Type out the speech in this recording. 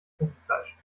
fruchtfleisch